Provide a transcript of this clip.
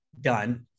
Done